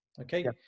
okay